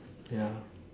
ya